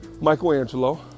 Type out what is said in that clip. Michelangelo